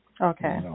Okay